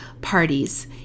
parties